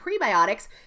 prebiotics